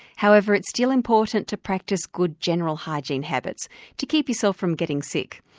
however, it's still important to practice good general hygiene habits to keep yourself from getting sick.